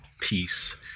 peace